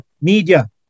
media